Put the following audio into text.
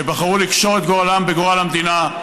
שבחרו לקשור את גורלם בגורל המדינה,